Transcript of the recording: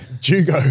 Jugo